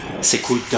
s'écoute